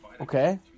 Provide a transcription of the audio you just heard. okay